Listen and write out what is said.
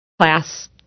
class